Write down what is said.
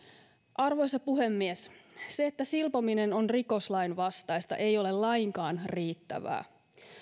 arvoisa puhemies se että silpominen on rikoslain vastaista ei ole lainkaan riittävää